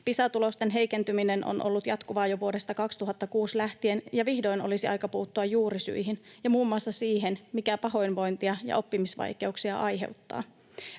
Pisa-tulosten heikentyminen on ollut jatkuvaa jo vuodesta 2006 lähtien, ja vihdoin olisi aika puuttua juurisyihin ja muun muassa siihen, mikä pahoinvointia ja oppimisvaikeuksia aiheuttaa.